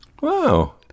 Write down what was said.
Wow